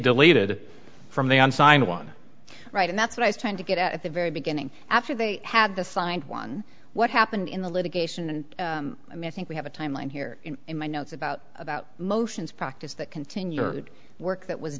deleted from the unsigned one right and that's what i trying to get at the very beginning after they had the signed one what happened in the litigation and i miss think we have a timeline here in my notes about about motions practice that continue your work that was